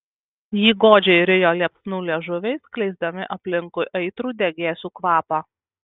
jį godžiai rijo liepsnų liežuviai skleisdami aplinkui aitrų degėsių kvapą